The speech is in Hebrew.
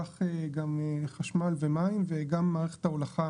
כך גם חשמל ומים וגם מערכת ההולכה